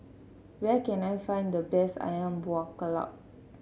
where can I find the best ayam Buah Keluak